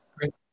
Great